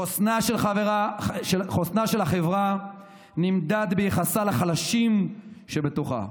חוסנה של החברה נמדד ביחסה לחלשים שבתוכה,